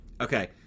Okay